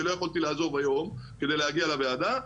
שלא יכולתי לעזוב היום כדי להגיע לוועדה.